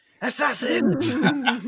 assassins